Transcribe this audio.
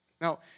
Now